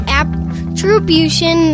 attribution